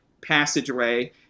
passageway